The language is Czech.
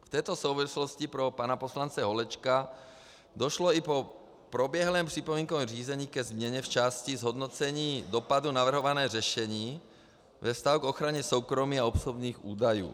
V této souvislosti pro pana poslance Holečka došlo i po proběhlém připomínkovém řízení ke změně v části Zhodnocení dopadu navrhovaného řešení ve vztahu k ochraně soukromí a osobních údajů.